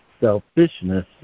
selfishness